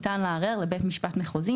ניתן לערער לבית משפט מחוזי,